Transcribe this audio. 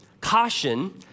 caution